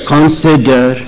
Consider